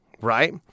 right